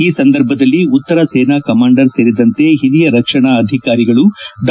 ಈ ಸಂದರ್ಭದಲ್ಲಿ ಉತ್ತರ ಸೇನಾ ಕಮಾಂಡರ್ ಸೇರಿದಂತೆ ಹಿರಿಯ ರಕ್ಷಣಾ ಅಧಿಕಾರಿಗಳು ಡಾ